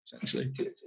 essentially